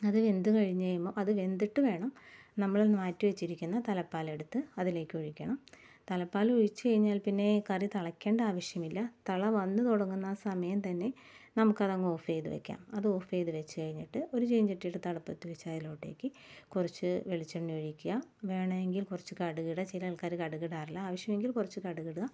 അത് വെന്ത് കഴിഞ്ഞു കഴിയുമ്പം അത് വെന്തിട്ടു വേണം നമ്മള് മാറ്റി വെച്ചിരിക്കുന്ന തലപ്പാൽ എടുത്ത് അതിലേക്ക് ഒഴിക്കണം തലപ്പാല് ഒഴിച്ചു കഴിഞ്ഞാല് പിന്നെ കറി തിളയ്ക്കണ്ട ആവശ്യമില്ല തിള വന്നു തുടങ്ങുന്ന സമയം തന്നെ നമുക്ക് അതങ്ങ് ഓഫ് ചെയ്തു വയ്ക്കാം അത് ഓഫ് ചെയ്തു വെച്ച് കഴിഞ്ഞിട്ട് ഒരു ചീനച്ചട്ടി എടുത്ത് അടുപ്പത്ത് വെച്ച് അതിലോട്ടേക്ക് കുറച്ചു വെളിച്ചെണ്ണ ഒഴിക്ക വേണമെങ്കിൽ കുറച്ചു കടുകിടുക ചില ആള്ക്കാര് കടുകിടാറില്ല ആവശ്യമെങ്കില് കുറച്ചു കടുകിടുക